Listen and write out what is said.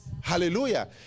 Hallelujah